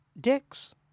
Dicks